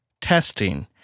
testing